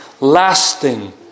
lasting